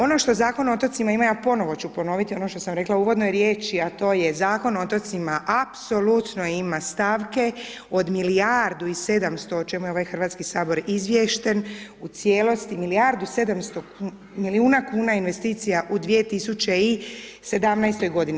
Ono što Zakon o otocima ima, ponovo ću ponoviti ono što sam rekla u uvodnoj riječi, a to je Zakon o otocima apsolutno ima stavke od milijardu i 700, o čemu je ovaj HS izvješten u cijelosti, milijardu 700 milijuna kuna investicija u 2017.-toj godini.